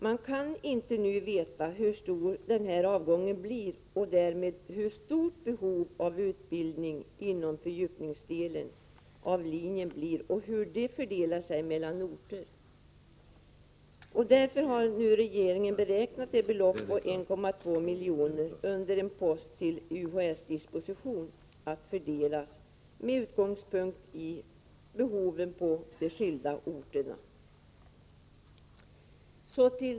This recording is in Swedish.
Man kan inte nu veta hur stor denna avgång blir och därmed hur stort behov av utbildning inom fördjup ningsdelen av linjen blir eller hur det fördelar sig mellan olika orter. Därför har regeringen beräknat ett belopp på 1,2 miljoner under en post till UHÄ:s disposition att fördelas med utgångspunkt i behoven på de skilda orterna.